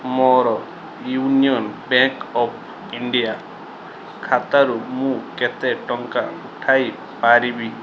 ମୋର union bank of India ଖାତାରୁ ମୁଁ କେତେ ଟଙ୍କା ଉଠାଇ ପାରିବି